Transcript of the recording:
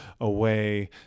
away